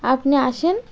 আপনি আসেন